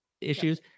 issues